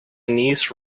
niece